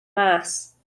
mas